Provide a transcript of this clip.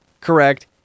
correct